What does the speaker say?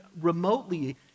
remotely